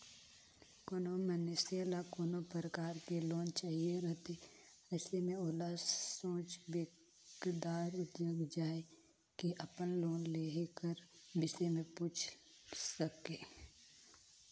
कोनो मइनसे ल कोनो परकार ले लोन चाहिए रहथे अइसे में ओला सोझ बेंकदार जग जाए के अपन लोन लेहे कर बिसे में पूइछ सके